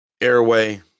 Airway